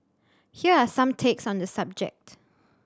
here are some takes on the subject